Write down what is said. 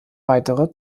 weitere